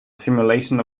simulation